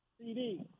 CD